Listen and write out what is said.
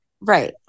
Right